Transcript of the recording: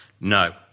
No